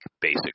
basic